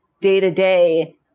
day-to-day